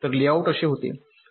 तर लेआउट असे होते